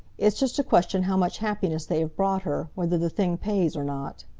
it's just a question how much happiness they have brought her, whether the thing pays or not.